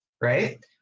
right